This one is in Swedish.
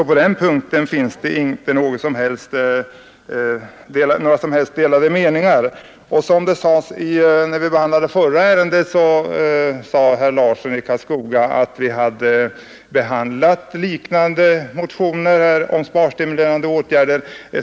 På den punkten föreligger det alltså inga delade meningar. Vid behandlingen av föregående ärende på föredragningslistan erinrade herr Larsson i Karlskoga om att vi så sent som i våras behandlade motioner om sparstimulerande åtgärder.